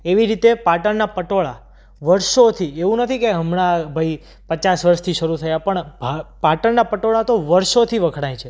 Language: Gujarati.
એવી રીતે પાટણના પટોળા વર્ષોથી એવું નથી હમણાં ભાઈ પચાસ વર્ષથી શરૂ થયા પણ હા પાટણના પટોળા તો વર્ષોથી વખણાય છે